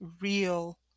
real